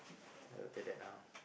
after that ah